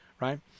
right